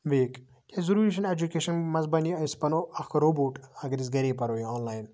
weak کیاز ضُروری چھُ نہٕ ایٚجُکیشَن مَنٛز بَنہِ یہِ أسۍ بَنو اکھ روبوٹ اگر أسۍ گَرے پَرو یا آن لاین